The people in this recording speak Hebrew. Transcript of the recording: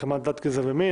מחמת דת, גזע ומין.